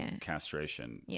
castration